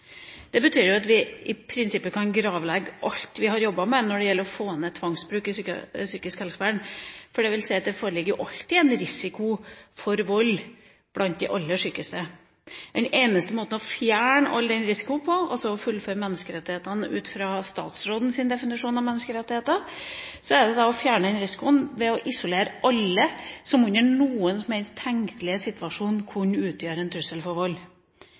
Det betyr jo at vi i prinsippet kan gravlegge alt vi har jobbet med når det gjelder å få ned tvangsbruk i psykisk helsevern, for det vil si at det foreligger alltid en risiko for vold blant de aller sykeste. Den eneste måten å fjerne all den risikoen på, altså oppfylle menneskerettighetene ut fra statsrådens definisjon av menneskerettigheter, er å isolere alle som i noen som helst tenkelig situasjon vil kunne utgjøre en trussel for vold.